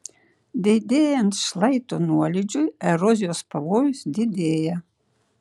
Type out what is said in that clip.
didėjant šlaito nuolydžiui erozijos pavojus didėja